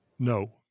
No